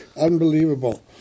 unbelievable